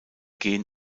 gen